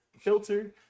filter